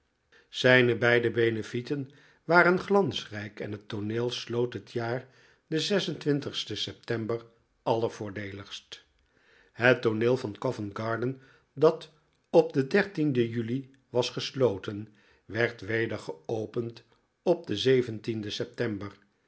zijne beide benefleten waren glansrijk en het tooneel sloot het jaar den sten september allervoordeeligst het tooneel van covent-garden dat op den den juli was gesloten werd weder geopend op den den september